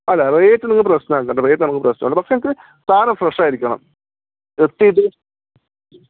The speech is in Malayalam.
അതെ റേറ്റ് നിങ്ങൾ പ്രേശ്നമാക്കേണ്ട റേറ്റ് നമ്മൾക്ക് പ്രശ്നമല്ല പക്ഷെ നമ്മൾക്ക് സാധനം ഫ്രഷായിരിക്കണം ജസ്റ്റ് ഇത്